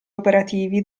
operativi